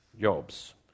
jobs